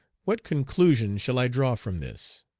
what conclusion shall i draw from this?